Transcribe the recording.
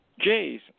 Jay's